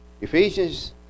Ephesians